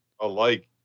alike